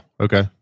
Okay